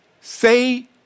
Say